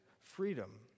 freedom